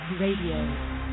Radio